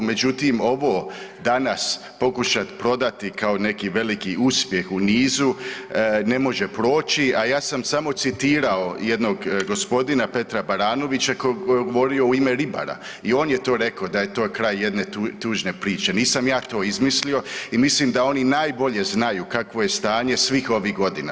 Međutim, ovo danas pokušat prodati kao neki veliki uspjeh u nizu ne može proći, a ja sam samo citirao jednog gospodina Petra Baranovića koji je govorio u ime ribara i on je to rekao da je to kraj jedne tužne priče, nisam ja to izmislio i mislim da oni najbolje znaju kakvo je stanje svih ovih godina.